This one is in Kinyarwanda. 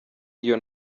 iyo